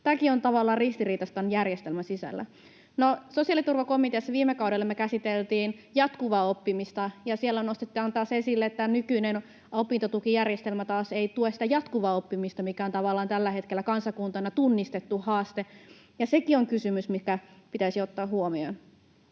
Tämäkin on tavallaan ristiriitaista tämän järjestelmän sisällä. No, sosiaaliturvakomiteassa viime kaudella me käsiteltiin jatkuvaa oppimista, ja siellä nostetaan taas esille, että tämä nykyinen opintotukijärjestelmä taas ei tue sitä jatkuvaa oppimista, mikä on tavallaan tällä hetkellä kansakuntana tunnistettu haaste, ja sekin on kysymys, mikä pitäisi ottaa huomioon.